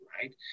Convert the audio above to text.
right